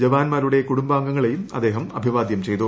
ജവാന്മാരുടെ കുടുംബാംഗങ്ങളെയും അദ്ദേഹം അഭിവാദ്യം ചെയ്തു